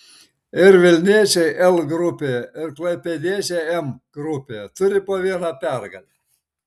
ir vilniečiai l grupėje ir klaipėdiečiai m grupėje turi po vieną pergalę